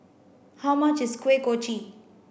how much is Kuih Kochi